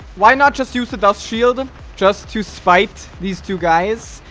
why not just use the dust shield um just to spite these two guys,